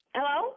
Hello